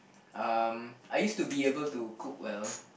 um I used to be able to cook well